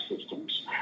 systems